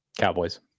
Cowboys